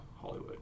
Hollywood